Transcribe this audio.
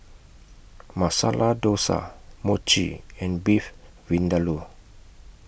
Masala Dosa Mochi and Beef Vindaloo